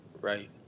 right